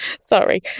Sorry